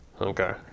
Okay